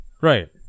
Right